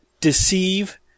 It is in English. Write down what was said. deceive